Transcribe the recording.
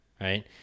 right